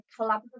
collaborative